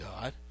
God